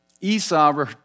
Esau